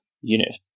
unit